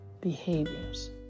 behaviors